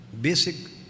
Basic